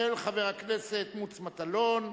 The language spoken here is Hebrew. של חבר הכנסת מוץ מטלון: